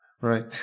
right